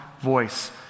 voice